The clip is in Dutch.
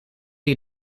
die